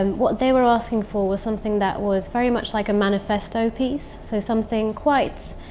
um what they were asking for was something that was very much like a manifesto piece. so something quite,